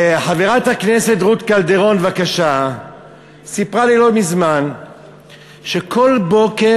חברת הכנסת רות קלדרון סיפרה לי לא מזמן שכל בוקר